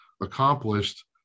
accomplished